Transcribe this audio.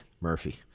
murphy